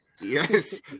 Yes